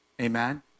Amen